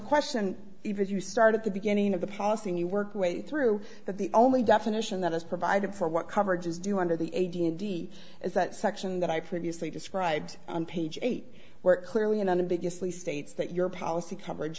question even if you start at the beginning of the policy and you work way through that the only definition that is provided for what coverages do under the ada indeed is that section that i previously described on page eight where it clearly and unambiguously states that your policy coverage